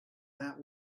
that